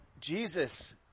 Jesus